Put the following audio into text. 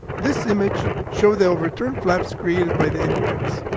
this image shows the overturned flaps created by the impacts.